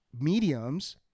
mediums